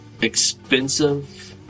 expensive